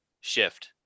shift